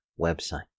website